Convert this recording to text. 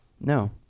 No